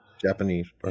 Japanese